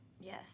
yes